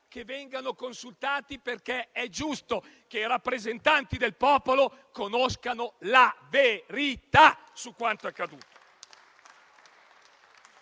che vengano consultati perché è giusto che i rappresentanti del popolo conoscano la verità su quanto accaduto.